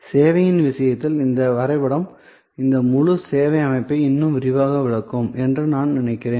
சேவையின் விஷயத்தில் இந்த வரைபடம் இந்த முழு சேவை அமைப்பை இன்னும் விரிவாக விளக்கும் என்று நான் நினைக்கிறேன்